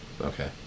Okay